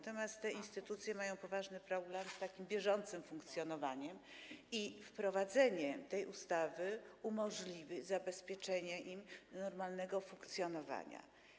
Te instytucje mają poważny problem z takim bieżącym funkcjonowaniem i wprowadzenie tej ustawy umożliwi zabezpieczenie im normalnego funkcjonowania.